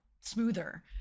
smoother